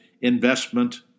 investment